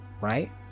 right